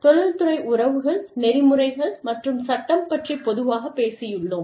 தொழில்துறை உறவுகள் நெறிமுறைகள் மற்றும் சட்டம் பற்றி பொதுவாக பேசியுள்ளோம்